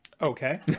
okay